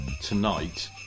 tonight